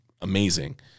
amazing